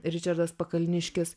ričardas pakalniškis